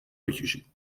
بکشید